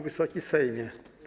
Wysoki Sejmie!